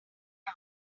now